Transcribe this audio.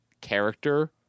character